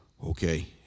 Okay